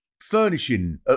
furnishing